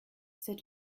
c’est